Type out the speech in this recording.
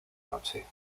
noche